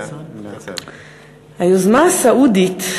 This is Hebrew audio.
היוזמה הסעודית,